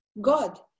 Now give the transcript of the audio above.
God